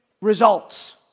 results